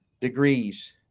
degrees